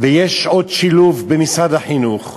ויש שעות שילוב במשרד החינוך.